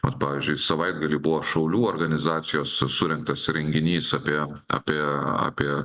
kad pavyzdžiui savaitgalį buvo šaulių organizacijos surengtas renginys apie apie apie